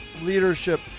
leadership